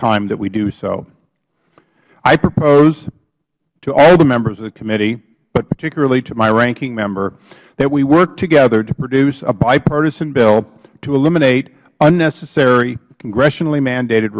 time that we do so i propose to all the members of the committee but particularly to my ranking member that we work together to produce a bipartisan bill to eliminate unnecessary congressionally mandated